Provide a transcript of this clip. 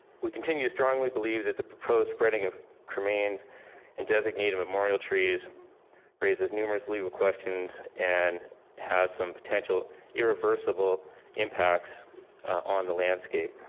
we continue to strongly believe that the proposed spreading of cremains and designated memorial trees raises numerous legal questions and has some potential irreversible impacts on the landscape.